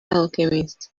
alchemist